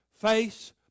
Face